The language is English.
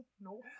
no